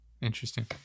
interesting